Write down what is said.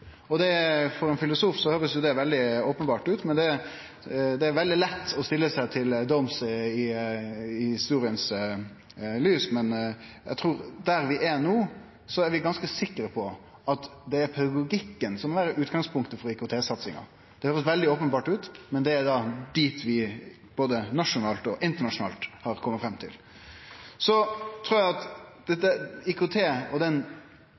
For ein filosof høyrest jo det veldig openbert ut, men det er veldig lett å setje seg til doms i lys av historia. Eg trur at der vi er no, er vi ganske sikre på at det er pedagogikken som må vere utgangspunktet for IKT-satsinga. Det høyrest veldig openbert ut, men det er det vi både nasjonalt og internasjonalt har kome fram til. Så trur eg at IKT og den